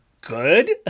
good